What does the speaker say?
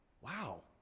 Wow